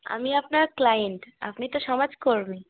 আমি আপনার ক্লায়েন্ট আপনি তো সমাজকর্মী